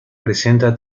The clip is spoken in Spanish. presenta